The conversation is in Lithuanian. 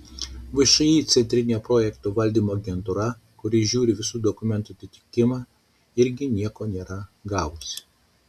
všį centrinė projektų valdymo agentūra kuri žiūri visų dokumentų atitikimą irgi nieko nėra gavusi